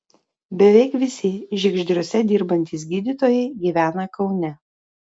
beveik visi žiegždriuose dirbantys gydytojai gyvena kaune